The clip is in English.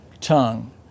tongue